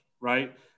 right